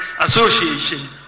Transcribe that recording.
Association